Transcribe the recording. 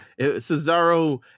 Cesaro